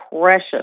precious